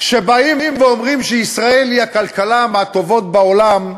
כשבאים ואומרים שלישראל הכלכלה מהטובות בעולם,